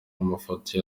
amafoto